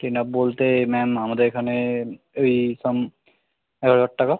ten up বলতে ma'am আমাদের এখানে ওই সাম এগারো হাজার টাকা